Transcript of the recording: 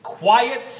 Quiet